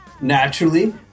naturally